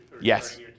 Yes